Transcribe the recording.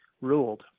ruled